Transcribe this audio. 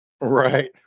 Right